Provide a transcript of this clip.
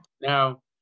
Now